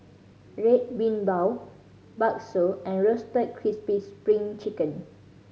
Red Bean Bao bakso and Roasted Crispy Spring Chicken